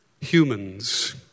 humans